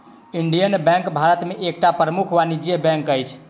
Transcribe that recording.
Indian bank भारत में एकटा प्रमुख वाणिज्य बैंक अछि